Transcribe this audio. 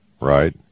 Right